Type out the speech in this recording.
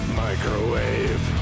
microwave